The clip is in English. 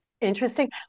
Interesting